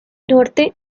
norte